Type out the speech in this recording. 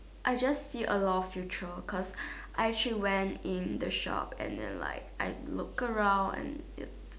I just see a lot of future cause I actually went in the shop and then like I look around and it